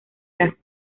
las